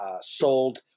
sold